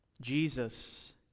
Jesus